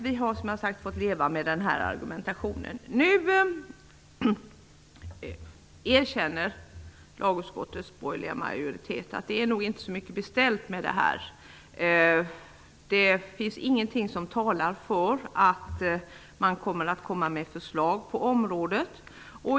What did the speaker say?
Vi har fått leva med den här argumentationen. Nu erkänner lagutskottets borgerliga majoritet att det nog inte är så mycket bevänt med detta. Det finns ingenting som talar för att man kommer att komma med förslag på området.